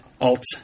Alt